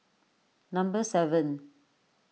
number seven